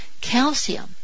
calcium